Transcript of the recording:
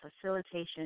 facilitation